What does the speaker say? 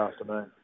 afternoon